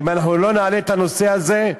כי אם אנחנו לא נעלה את הנושא הזה,